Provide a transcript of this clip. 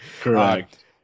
Correct